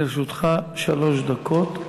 לרשותך שלוש דקות.